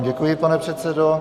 Děkuji vám, pane předsedo.